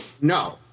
no